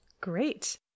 Great